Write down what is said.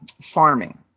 Farming